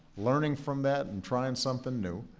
learning from that and trying something new.